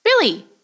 Billy